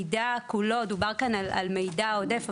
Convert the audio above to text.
דובר כאן על מידע עודף,